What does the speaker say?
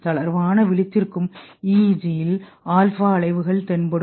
தளர்வான விழித்திருக்கும் EEGல் ஆல்ஃபா அலைகள் தென்படும்